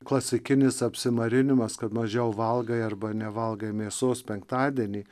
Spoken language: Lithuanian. klasikinis apsimarinimas kad mažiau valgai arba nevalgai mėsos penktadienį